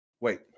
Wait